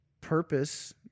purpose